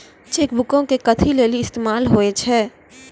Cheque बुको के कथि लेली इस्तेमाल होय छै?